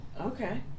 okay